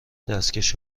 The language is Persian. دستکش